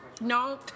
No